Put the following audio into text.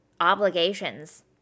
obligations